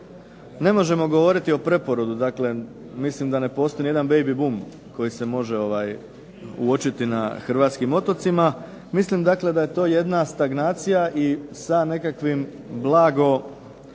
ne možemo govoriti o preporodu, mislim da ne postoji ni jedan baby boom koji se može uočiti na Hrvatskim otocima. Mislim dakle da je to jedan stagnacija i sa nekakvim blagim